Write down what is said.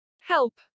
Help